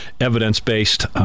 evidence-based